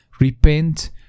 Repent